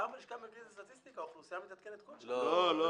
גם הלשכה המרכזית לסטטיסטיקה - האוכלוסייה מתעדכנת --- לא לא,